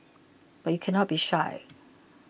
but you cannot be shy